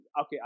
okay